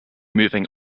moving